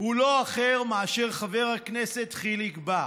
הוא לא אחר מאשר חבר הכנסת חיליק בר,